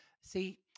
See